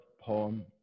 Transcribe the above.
poem